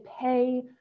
pay